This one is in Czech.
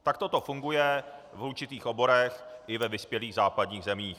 Takto to funguje v určitých oborech i ve vyspělých západních zemích.